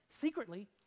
secretly